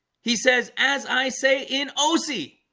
he says as i say in osi